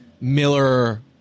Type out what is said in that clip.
Miller